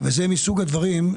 זה מסוג הדברים,